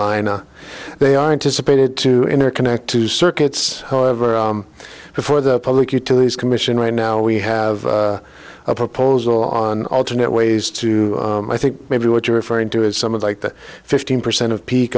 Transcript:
and they aren't dissipated to interconnect two circuits however before the public utilities commission right now we have a proposal on alternate ways to i think maybe what you're referring to is some of like the fifteen percent of peak